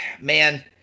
man